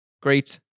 great